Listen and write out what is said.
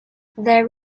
there